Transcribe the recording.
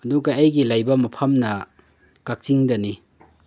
ꯑꯗꯨꯒ ꯑꯩꯒꯤ ꯂꯩꯕ ꯃꯐꯝꯅ ꯀꯛꯆꯤꯡꯗꯅꯤ